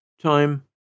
Time